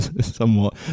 somewhat